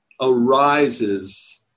arises